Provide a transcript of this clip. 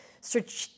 strategic